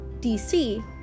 DC